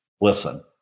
Listen